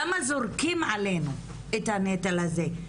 למה זורקים עלינו את הנטל הזה?